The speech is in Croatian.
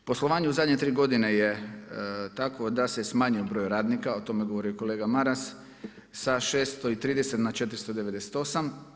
Poslovanje u zadnje 3 godine je takvo da se smanjio broj radnika, o tome je govorio i kolega Maras, sa 630 na 498.